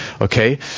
okay